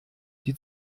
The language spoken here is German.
die